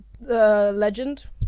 Legend